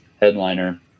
headliner